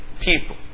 People